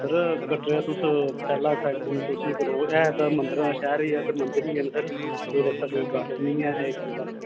sir तुस कटरा तुस पैह्ले तुस एह् करो एह् ते मंदरां दा शैह्र गै ऐ सिर्फ ऐ मंदर गै हैन गार्डन ते सिर्फ इक गै एह्